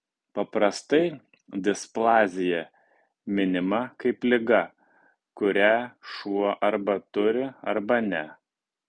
paprastai displazija minima kaip liga kurią šuo arba turi arba ne